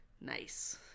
Nice